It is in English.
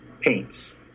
paints